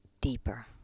deeper